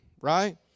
right